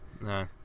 No